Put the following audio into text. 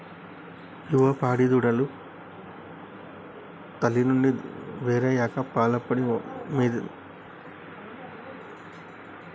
యువ పాడి దూడలు తల్లి నుండి వేరయ్యాక పాల పొడి మీన ఆధారపడి ఉంటయ్ ఒకరోజు గల దూడ ఐదులీటర్ల పాలు తాగుతది